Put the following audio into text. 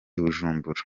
bujumbura